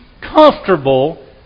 comfortable